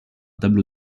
tableau